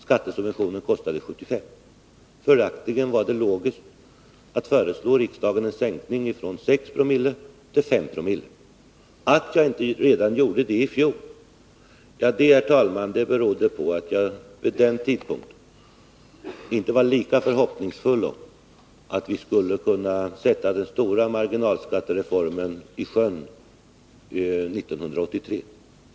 Skattesubventionen kostade 75 milj.kr. Följaktligen var det logiskt att föreslå riksdagen en sänkning från 6 oo till 5 Ko. Att jag inte gjorde det redan i fjol berodde, herr talman, på att jag vid den tidpunkten inte var förhoppningsfull om att vi skulle kunna sätta den stora marginalskattereformen i sjön 1983.